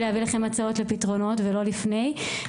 להביא לכם הצעות לפתרונות ולא לפני,